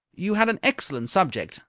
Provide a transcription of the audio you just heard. you had an excellent subject.